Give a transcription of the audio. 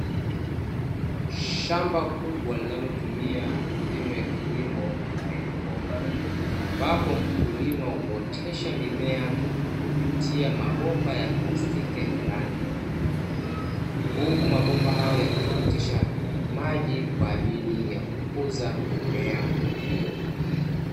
Shamba kubwa linalotumia mbinu ya kilimo ya haidroponi, ambapo mkulima huotesha mimea kupitia mabomba ya plastiki yenye rangi nyeupe, huku mabomba hayo yakipitisha maji kwa ajili ya kukuza mimea hiyo.